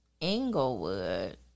Englewood